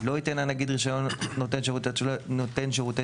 לא ייתן הנגיד רישיון נותן שירותי